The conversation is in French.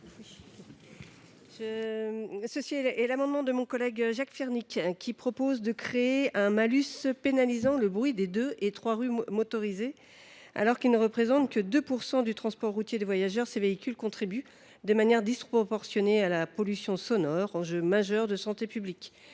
cet amendement, mon collègue Jacques Fernique propose de créer une taxe pénalisant les deux roues et trois roues motorisés les plus bruyants. Alors qu’ils ne représentent que 2 % du transport routier de voyageurs, ces véhicules contribuent de manière disproportionnée à la pollution sonore, enjeu majeur de santé publique.